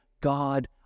God